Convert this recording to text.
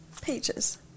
Peaches